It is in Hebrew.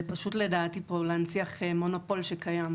זה פשוט לדעתי פה להנציח מונופול שקיים,